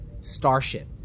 starship